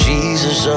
Jesus